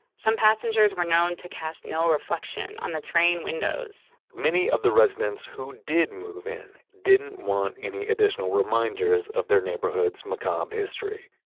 some passengers were known to cast no reflection on the train windows many of the train residents who did move in, didn't want any additional reminders of their neighborhoods macabre history,